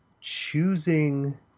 choosing